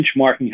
benchmarking